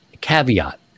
caveat